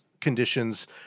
conditions